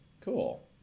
cool